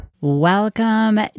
Welcome